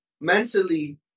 mentally